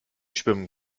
schwimmen